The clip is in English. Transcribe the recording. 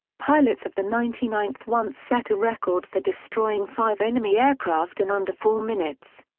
pilots of the ninety ninth once set a record for destroying five enemy aircraft in under four minutes.